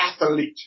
athlete